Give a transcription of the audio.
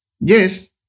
Yes